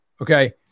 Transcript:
Okay